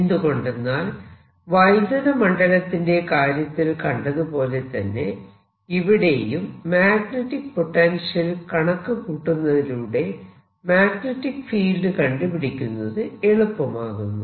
എന്തുകൊണ്ടെന്നാൽ വൈദ്യുത മണ്ഡലത്തിന്റെ കാര്യത്തിൽ കണ്ടത് പോലെത്തന്നെ ഇവിടെയും മാഗ്നെറ്റിക് പൊട്ടൻഷ്യൽ കണക്കുകൂട്ടുന്നതിലൂടെ മാഗ്നെറ്റിക് ഫീൽഡ് കണ്ടുപിടിക്കുന്നത് എളുപ്പമാകുന്നു